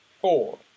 four